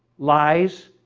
lies,